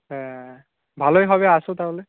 হ্যাঁ ভালোই হবে আসো তাহলে